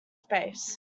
space